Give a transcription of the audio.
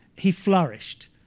he flourished.